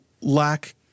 lack